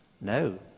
No